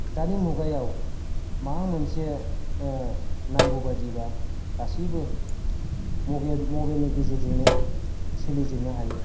दानि मुगायाव माबा मोनसे नांगौ बायदिब्ला गासैबो मबाइल मबाइलनि गेजेरजोंनो सोलिजोबनो हायो